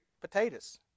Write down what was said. potatoes